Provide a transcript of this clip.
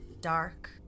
Dark